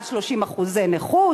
מעל 30% נכות